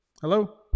Hello